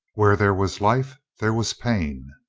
where there was life there was pain.